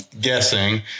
guessing